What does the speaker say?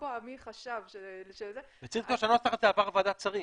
זה עבר ועדת שרים,